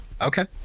Okay